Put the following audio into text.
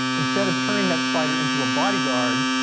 instead of turning that spider into a bodyguard,